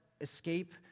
escape